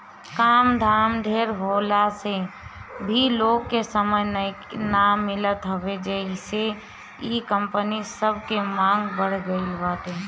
काम धाम ढेर होखला से भी लोग के समय ना मिलत हवे जेसे इ सब कंपनी के मांग बढ़ गईल बाटे